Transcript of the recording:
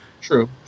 true